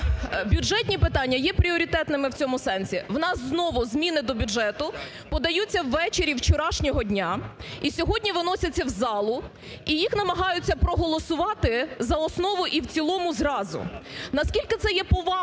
бюджетні питання є пріоритетними в цьому сенсі. У нас знову зміни до бюджету подаються ввечері вчорашнього дня і сьогодні виносяться в залу, і їх намагаються просто за основу і в цілому зразу. Наскільки це є повагою